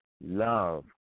love